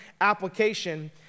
application